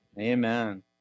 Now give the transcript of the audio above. Amen